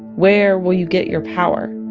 where will you get your power?